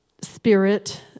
spirit